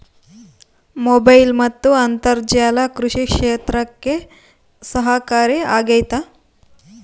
Mobile ಮತ್ತು ಅಂತರ್ಜಾಲ ಕೃಷಿ ಕ್ಷೇತ್ರಕ್ಕೆ ಸಹಕಾರಿ ಆಗ್ತೈತಾ?